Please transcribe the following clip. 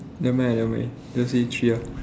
never mind lah never mind just say three ah